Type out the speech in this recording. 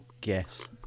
guess